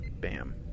bam